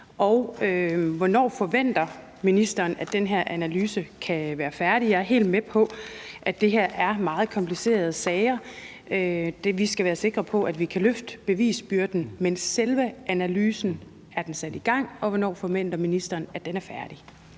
Og hvornår forventer ministeren at den her analyse kan være færdig? Jeg er helt med på, at det her er meget komplicerede sager – vi skal være sikre på, at vi kan løfte bevisbyrden – men er selve analysen sat i gang, og hvornår forventer ministeren at den er færdig?